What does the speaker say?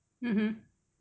mmhmm